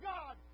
God